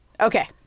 Okay